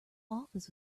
office